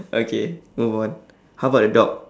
okay move on how about the dog